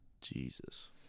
Jesus